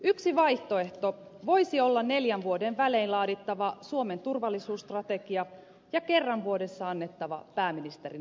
yksi vaihtoehto voisi olla neljän vuoden välein laadittava suomen turvallisuusstrategia ja kerran vuodessa annettava pääministerin ilmoitus